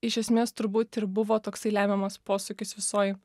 iš esmės turbūt ir buvo toksai lemiamas posūkis visoj